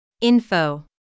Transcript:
Info